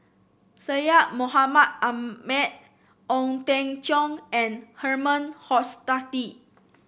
Syed Mohamed Ahmed Ong Teng Cheong and Herman Hochstadt